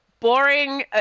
Boring